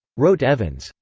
wrote evans,